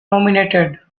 nominated